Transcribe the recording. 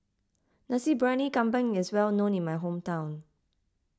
Nasi Briyani Kambing is well known in my hometown